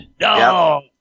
No